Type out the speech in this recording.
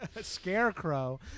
Scarecrow